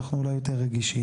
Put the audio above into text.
אנחנו אולי יותר רגישים.